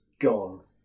Gone